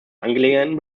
angelegenheiten